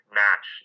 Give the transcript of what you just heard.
match